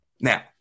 Now